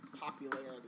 popularity